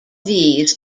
these